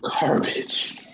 garbage